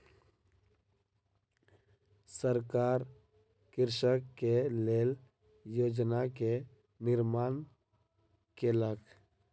सरकार कृषक के लेल योजना के निर्माण केलक